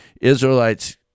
israelites